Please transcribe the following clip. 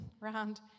round